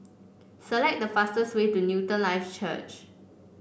select the fastest way to Newton Life Church